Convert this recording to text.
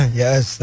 yes